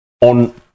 on